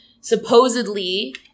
supposedly